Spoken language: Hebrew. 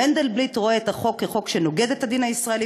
מנדלבליט רואה את החוק כנוגד את הדין הישראלי